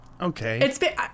Okay